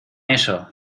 eso